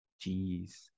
Jeez